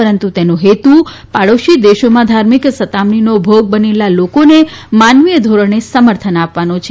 પરંતુ તેનો હેતુ પાડોશી દેશોમાં ધાર્મિક સતામણીનો ભોગ બનેલા લોકોને માનવીય ધોરણે સમર્થન આપવનો છે